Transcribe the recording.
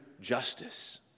justice